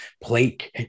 plate